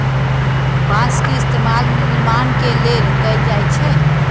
बास के इस्तेमाल निर्माण के लेल कएल जाई छई